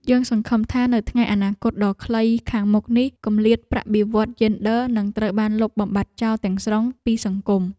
យើងសង្ឃឹមថានៅថ្ងៃអនាគតដ៏ខ្លីខាងមុខនេះគម្លាតប្រាក់បៀវត្សរ៍យេនឌ័រនឹងត្រូវបានលុបបំបាត់ចោលទាំងស្រុងពីសង្គម។